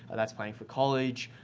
that's planning for college,